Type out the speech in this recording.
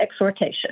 exhortation